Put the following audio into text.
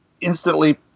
instantly